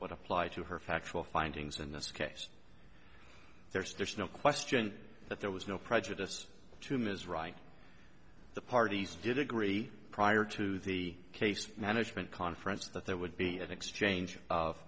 would apply to her factual findings in this case there's no question that there was no prejudice to ms right the parties did agree prior to the case management conference that there would be an exchange of